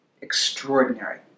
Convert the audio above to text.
extraordinary